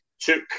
took